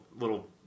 little